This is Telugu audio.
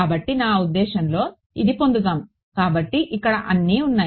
కాబట్టి నా ఉద్దేశ్యంతో ఇది పొందుతాము కాబట్టి ఇక్కడ అన్నీ ఉన్నాయి